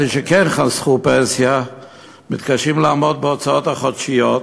אלה שכן חסכו לפנסיה מתקשים לעמוד בהוצאות החודשיות,